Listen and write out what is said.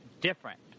different